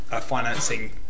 financing